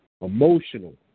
emotional